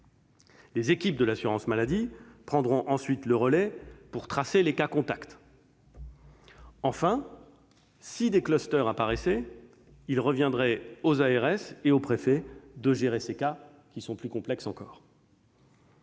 Les équipes de l'assurance maladie prendront ensuite le relais pour tracer les cas contacts. Enfin, si des apparaissaient, il reviendrait aux ARS et aux préfets de gérer ces cas, qui sont plus complexes encore.